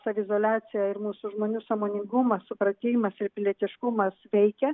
saviizoliacija ir mūsų žmonių sąmoningumas supratimas ir pilietiškumas veikia